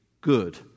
good